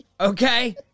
Okay